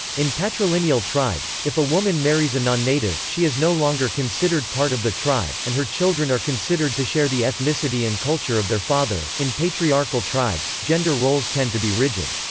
in patrilineal tribes, if a woman marries a non-native, she is no longer considered part of the tribe, and her children are considered to share the ethnicity and culture of their father in patriarchal tribes, gender roles tend to be rigid.